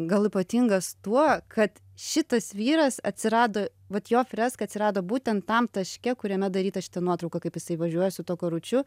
gal ypatingas tuo kad šitas vyras atsirado vat jo freska atsirado būtent tam taške kuriame daryta šita nuotrauka kaip jisai važiuoja su tuo karučiu